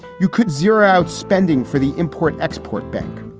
you could zero out spending for the import export bank.